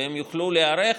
וכדי שהן יוכלו להיערך,